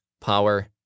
power